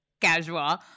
casual